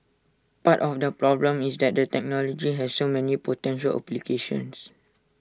part of the problem is that the technology has so many potential applications